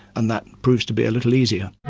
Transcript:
and that proves to be a little easier.